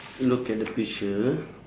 look at the picture